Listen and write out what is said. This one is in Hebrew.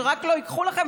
שרק לא ייקחו לכם.